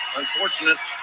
unfortunate